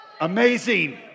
Amazing